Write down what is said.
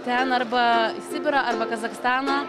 ten arba į sibirą arba kazachstaną